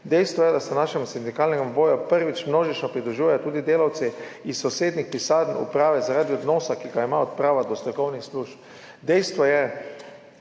Dejstvo je, da se našemu sindikalnemu boju prvič množično pridružujejo tudi delavci iz sosednjih pisarn uprave zaradi odnosa, ki ga ima uprava do strokovnih služb. Dejstvo je,